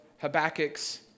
Habakkuk's